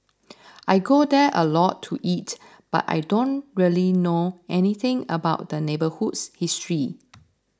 I go there a lot to eat but I don't really know anything about the neighbourhood's history